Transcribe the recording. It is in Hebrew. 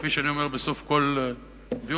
כפי שאני אומר בסוף כל דיון.